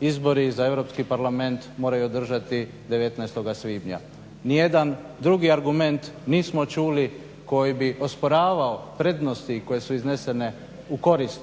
izbori za Europski parlament moraju održati 19. svibnja. Ni jedan drugi argument nismo čuli koji bi osporavao prednosti koje su iznesene u korist